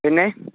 പിന്നെ